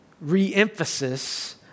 re-emphasis